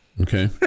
Okay